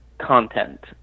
content